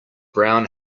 brown